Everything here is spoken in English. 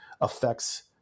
affects